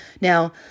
Now